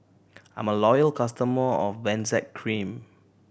I'm a loyal customer of Benzac Cream